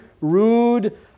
rude